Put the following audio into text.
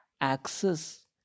access